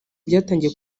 byatangiye